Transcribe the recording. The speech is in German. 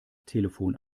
telefon